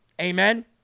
amen